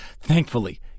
thankfully